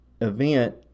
event